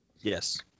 Yes